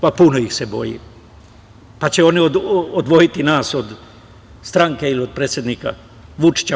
Pa, puno ih se bojim, pa će oni odvojiti nas od stranke ili od predsednika Vučića.